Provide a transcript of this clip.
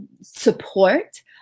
support